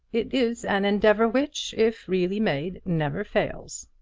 it is an endeavour which, if really made, never fails.